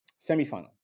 semifinal